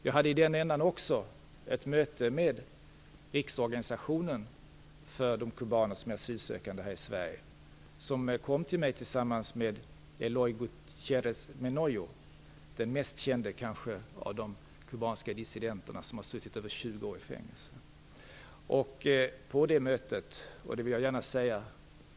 Jag hade för övrigt också ett möte med riksorganisationen för de asylsökande kubanerna här i Sverige. De kom till mig tillsammans med Eloy Gutierrez Menoyo, som har suttit över 20 år i fängelse och kanske är den mest kände av de kubanska dissidenterna.